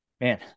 man